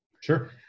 sure